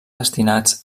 destinats